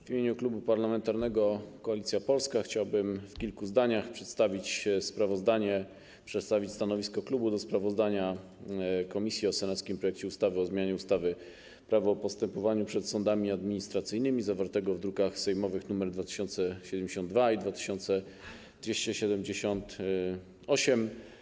W imieniu Klubu Parlamentarnego Koalicja Polska chciałbym w kilku zdaniach przedstawić stanowisko klubu w sprawie sprawozdania komisji o senackim projekcie ustawy o zmianie ustawy - Prawo o postępowaniu przed sądami administracyjnymi, zawartym w drukach sejmowych nr 2072 i 2278.